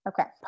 Okay